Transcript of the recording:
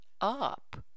up